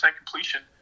completion